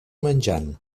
menjant